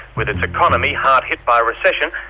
with its economy hard hit by recession,